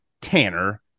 Tanner